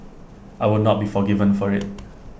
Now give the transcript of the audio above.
I would not be forgiven for IT